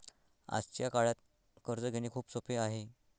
आजच्या काळात कर्ज घेणे खूप सोपे आहे